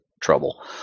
trouble